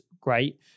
great